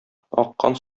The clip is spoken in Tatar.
аккан